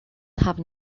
have